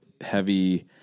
heavy